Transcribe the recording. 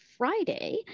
Friday